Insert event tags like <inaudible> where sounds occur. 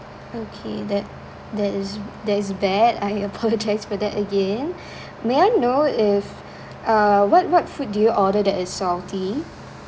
okay that that is that is bad I apologise for that again <breath> may I know if uh what what food did you order that is salty